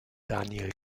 daniel